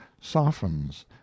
softens